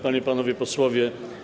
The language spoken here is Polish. Panie i Panowie Posłowie!